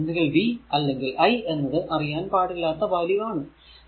ഇതിൽ ഒന്നുകിൽ v അല്ലെങ്കിൽ i എന്നത് അറിയാൻ പാടില്ലാത്ത വാല്യൂ ആണ്